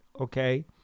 okay